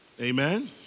Amen